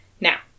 Now